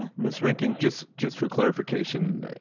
ah miss reinking, just just for clarification,